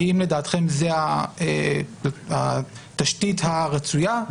האם לדעתכם זאת התשתית הרצויה?